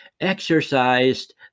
exercised